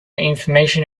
information